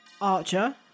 archer